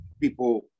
people